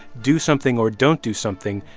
do something, or, don't do something,